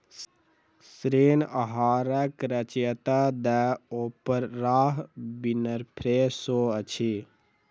ऋण आहारक रचयिता द ओपराह विनफ्रे शो अछि